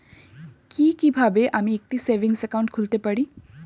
কি কিভাবে আমি একটি সেভিংস একাউন্ট খুলতে পারি?